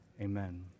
amen